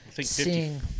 seeing